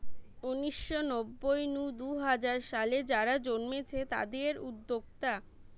উনিশ শ নব্বই নু দুই হাজার সালে যারা জন্মেছে তাদির উদ্যোক্তা